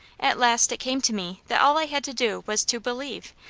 at last it came to me that all i had to do was to believe,